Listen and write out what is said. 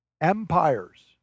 Empires